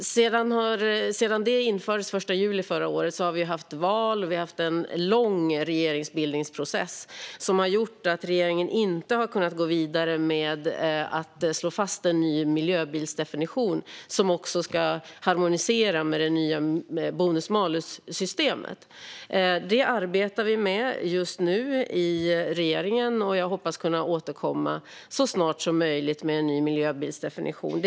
Sedan detta infördes den 1 juli förra året har vi haft val och en lång regeringsbildningsprocess, vilket har gjort att regeringen inte har kunnat gå vidare med att slå fast en ny miljöbilsdefinition som ska harmoniera med bonus-malus-systemet. Detta arbetar vi med just nu i regeringen, och jag hoppas kunna återkomma så snart som möjligt med en ny miljöbilsdefinition.